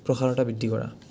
প্ৰসাৰতা বৃদ্ধি কৰা